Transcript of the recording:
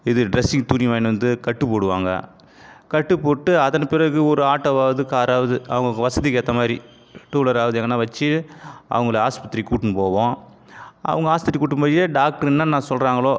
இது ட்ரெஸ்ஸிங் துணி வாங்கினு வந்து கட்டுப் போடுவாங்க கட்டுப் போட்டு அதன் பிறகு ஒரு ஆட்டோவாவது காராவது அவுங்கவங்க வசதிக்கு ஏற்ற மாதிரி டூவீலராவது எங்கேனா வைச்சு அவங்கள ஆஸ்பத்திரிக்கு கூட்டுனு போவோம் அவங்க ஆஸ்பத்திரிக்கு கூட்டுனுப் போய் டாக்டர் என்னென்னா சொல்கிறாங்களோ